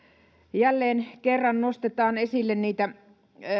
jälleen kerran nostetaan esille niitä